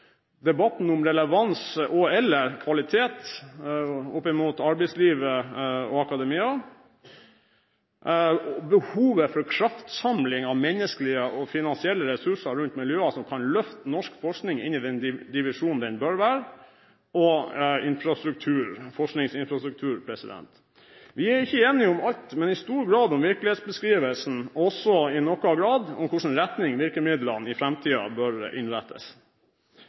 debatten om relevans og/eller kvalitet oppimot arbeidslivet og akademia, behovet for en kraftsamling av menneskelige og finansielle ressurser rundt miljøer som kan løfte norsk forskning inn i den divisjonen den bør være, og forskningsinfrastruktur. Vi er ikke enige om alt, men vi er i stor grad enige om virkelighetsbeskrivelsen, og også i noen grad om i hvilken retning virkemidlene i framtiden bør innrettes.